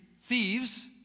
thieves